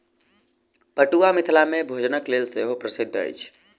पटुआ मिथिला मे भोजनक लेल सेहो प्रसिद्ध अछि